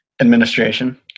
Administration